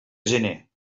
gener